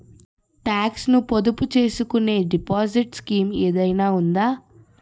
Talks ను పొదుపు చేసుకునే డిపాజిట్ స్కీం ఏదైనా ఉందా?